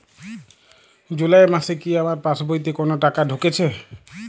জুলাই মাসে কি আমার পাসবইতে কোনো টাকা ঢুকেছে?